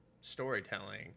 storytelling